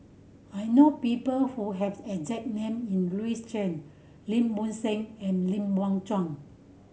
I know people who have exact name in Louis Chen Lim Bo Seng and Lim Biow Chuan